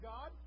God